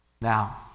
Now